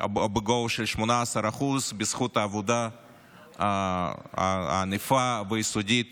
בגובה של 18%, בזכות העבודה הענפה והיסודית